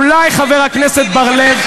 אולי חבר הכנסת בר-לב,